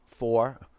Four